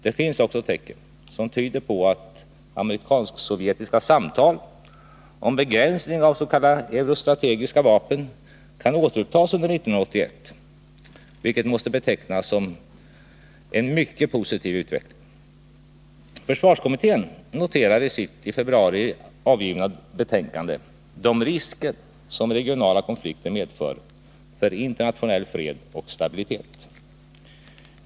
Det finns också tecken som tyder på att amerikansk-sovjetiska samtal om begränsning av s.k. eurostrategiska vapen kan återupptas under 1981, vilket måste betecknas som en mycket positiv utveckling. 67 Försvarskommittén noterar i sitt i februari avgivna betänkande de risker som regionala konflikter medför för internationell fred och stabilitet.